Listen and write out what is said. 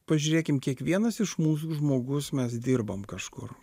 pažiūrėkim kiekvienas iš mūsų žmogus mes dirbam kažkur